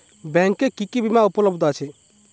ব্যাংকে কি কি বিমা উপলব্ধ আছে?